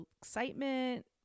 excitement